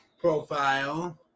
profile